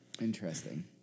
Interesting